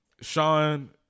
Sean